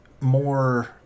more